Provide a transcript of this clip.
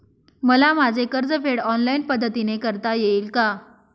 मला माझे कर्जफेड ऑनलाइन पद्धतीने करता येईल का?